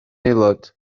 aelod